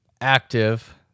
active